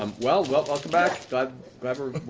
um well, welcome back, but glad we're